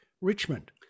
Richmond